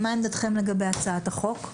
מה עמדתכם לגבי הצעת החוק,